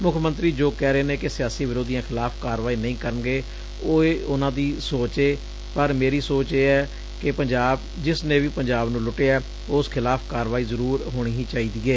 ਮੁੱਖ ਮੰਤਰੀ ਜੋ ਕਹਿ ਰਹੇ ਨੇ ਕਿ ਸਿਆਸੀ ਵਿਰੋਧੀਆਂ ਖਿਲਾਫ਼ ਕਾਰਵਾਈ ਨਹੀਂ ਕਰਨਗੇ ਇਹ ਉਨਾਂ ਦੀ ਸੋਚ ਏ ਪਰ ਮੇਰੀ ਸੋਚ ਇਹ ਐ ਕਿ ਜਿਸ ਨੇ ਵੀ ਪੰਜਾਬ ਨੂੰ ਲੁਟਿਐ ਉਸ ਖਿਲਾਫ਼ ਕਾਰਵਾਈ ਜ਼ਰੁਰ ਹੀ ਹੋਣੀ ਚਾਹੀਦੀ ਏ